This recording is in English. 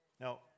Now